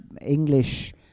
English